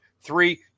three